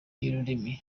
y’ururimi